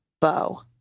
bow